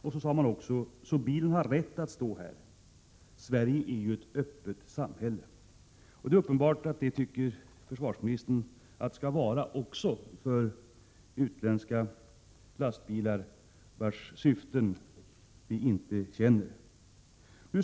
Man sade att långtradaren hade rätt att stå där den stod. Sverige är ju ett öppet samhälle, sade man. Det är uppenbart att försvarsministern tycker att det skall vara öppet också för utländska lastbilar vars syften vi inte känner.